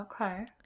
Okay